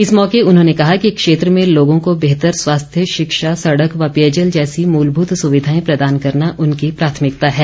इस मौके उन्होंने कहा कि क्षेत्र में लोगों को बेहतर स्वास्थ्य शिक्षा सड़क व पेयजल जैसी मूलभूत सुविधाएं प्रदान करना उनकी प्राथमिकता है